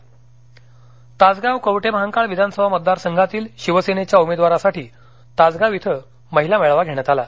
गोर्हे सांगली तासगाव कवठेमंकाळ विधानसभा मतदारसंघातील शिवसेनेच्या उमेदवारासाठी तासगाव इथं महिला मेळावा घेण्यात आला